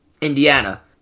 Indiana